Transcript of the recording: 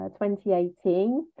2018